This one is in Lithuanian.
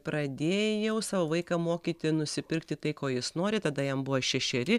pradėjau savo vaiką mokyti nusipirkti tai ko jis nori tada jam buvo šešeri